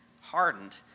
hardened